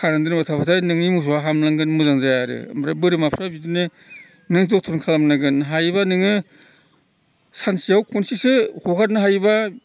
खानानै दोनबाय थाब्लाथाय नोंनि मोसौआ हामलांगोन मोजां जाया आरो ओमफ्राय बोरमाफ्रा बिदिनो नों जोथोन खालामनांगोन हायोब्ला नोङो सानसेआव खनसेसो हगारनो हायोब्ला